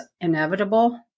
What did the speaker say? inevitable